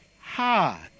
hard